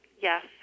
yes